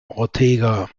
ortega